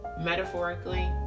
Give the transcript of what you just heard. metaphorically